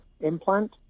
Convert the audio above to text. implant